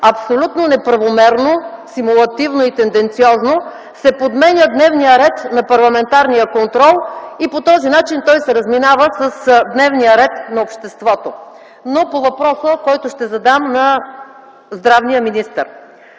абсолютно неправомерно, симулативно и тенденциозно се подменя дневният ред на парламентарния контрол и по този начин той се разминава с дневния ред на обществото. По въпроса, който ще задам на здравния министър.